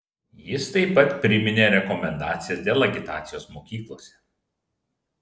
jis taip pat priminė rekomendacijas dėl agitacijos mokyklose